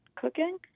cooking